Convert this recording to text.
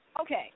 Okay